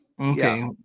okay